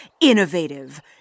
innovative